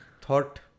thought